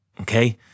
Okay